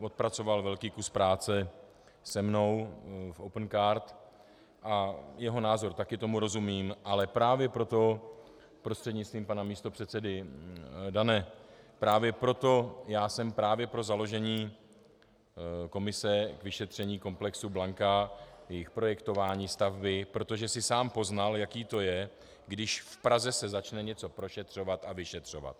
Odpracoval velký kus práce se mnou v Opencard, a jeho názor, také tomu rozumím, ale právě proto, prostřednictvím pana místopředsedy Dane, právě proto jsem právě pro založení komise k vyšetření komplexu Blanka, projektování stavby, protože jsi sám poznal, jaké to je, když se v Praze začne něco prošetřovat a vyšetřovat.